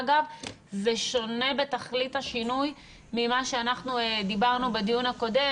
אגב זה שונה בתכלית השינוי ממה שאנחנו דיברנו בדיון הקודם,